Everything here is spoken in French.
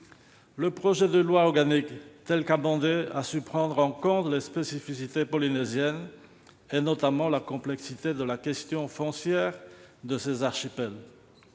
Le projet de loi organique tel qu'il a été amendé a su prendre en compte les spécificités polynésiennes, notamment la complexité de la question foncière de ces archipels.